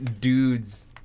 dudes